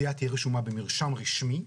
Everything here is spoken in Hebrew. רשומה במרשם רשמי,